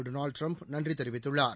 Donald Trump நன்றி தெரிவித்துள்ளார்